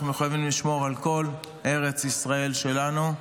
מחויבים לשמור על כל ארץ ישראל שלנו.